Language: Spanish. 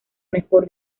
mejor